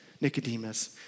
Nicodemus